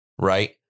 Right